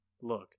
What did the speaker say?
look